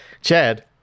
Chad